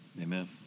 Amen